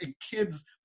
Kids